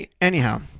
anyhow